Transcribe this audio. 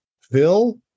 phil